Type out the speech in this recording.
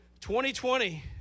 2020